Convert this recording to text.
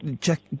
check